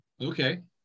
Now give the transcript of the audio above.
okay